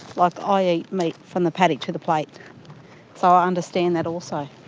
like i eat meat from the paddock to the plate so i understand that also,